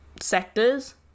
sectors